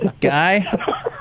Guy